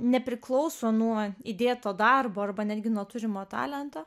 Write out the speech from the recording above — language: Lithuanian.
nepriklauso nuo įdėto darbo arba netgi nuo turimo talento